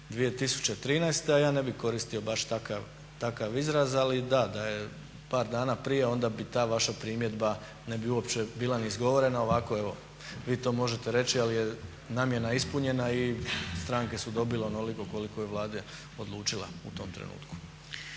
2013. Ja ne bih koristio baš takav izraz, ali da, da je par dana prije onda ta vaša primjedba ne bi uopće bila ni izgovorena, a ovako evo vi to možete reći ali je namjena ispunjena i stranke su dobile onoliko koliko je Vlada odlučila u tom trenutku.